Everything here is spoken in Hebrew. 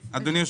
אדוני,